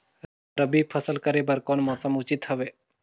रबी फसल करे बर कोन मौसम उचित हवे?